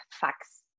facts